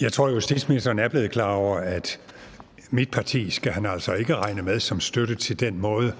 Jeg tror, justitsministeren er blevet klar over, at mit parti skal han altså ikke regne med som støtte til den måde,